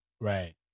Right